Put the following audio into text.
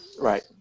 Right